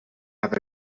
have